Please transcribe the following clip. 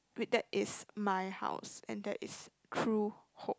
with that is my house and that is true home